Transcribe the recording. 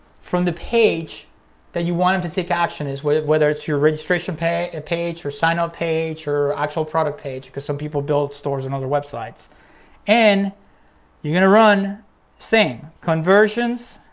from the page that you want him to take action is whether whether it's your registration ah page or sign up page or actual product page cause some people build stores and other websites and you're gonna run saying conversions,